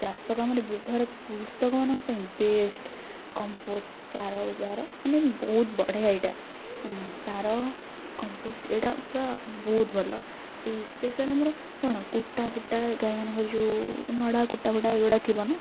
ଚାଷ କାମରେ ବ୍ୟବହାର କୃଷକ ମାନଙ୍କ ପାଇଁ ବେଷ୍ଟ କମ୍ପୋଷ୍ଟ ସାର ବ୍ୟବହାର ମାନେ ବହୁତ ବଢ଼ିଆ ଏଇଟା ସାର କମ୍ପୋଷ୍ଟ ଏଇଟା ପୁରା ବହୁତ ଭଲ ଏଇ ସ୍ପେଶିଆଲ୍ ଆମର କ'ଣ କୁଟା ଫୁଟା ଗାଈମାନଙ୍କର ଯେଉଁ ନଡ଼ା କୁଟା ଫୁଟା ଏଗୁଡ଼ା ଥିବ ନା